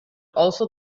also